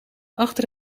achter